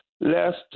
Last